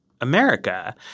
America